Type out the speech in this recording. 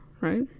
right